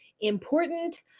important